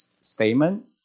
statement